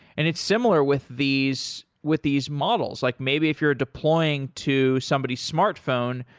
and it's similar with these with these models. like maybe if you're deploying to somebody's smartphone,